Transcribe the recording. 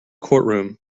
courtroom